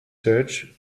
search